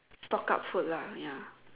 stock up food lah ya